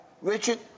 Richard